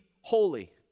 holy